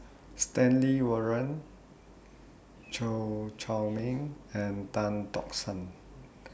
Stanley Warren Chew Chor Meng and Tan Tock San